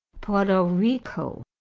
porto rico.